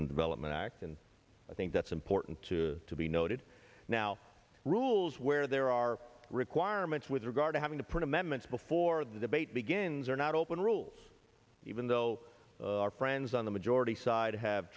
and development act and i think that's important to to be noted now rules where there are requirements with regard to having to put amendments before the debate begins are not open rules even though our friends on the majority side have